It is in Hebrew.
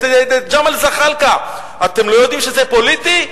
את ג'מאל זחאלקה: אתם לא יודעים שזה פוליטי?